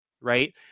right